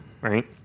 right